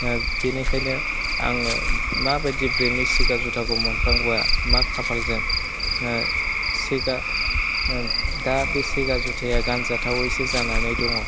ओह बिनिखायनो आङो माबादि ब्रेन्डनि सेगा जुथाखौ मोनफ्लांबोआ मा खाफालजों ओह सेगा ओह दा बे सेगा जुथाया गानजाथावयैसो जानानै दङ